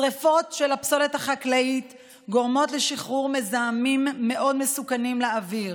שרפה של הפסולת החקלאית גורמת לשחרור מזהמים מאוד מסוכנים לאוויר.